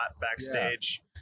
backstage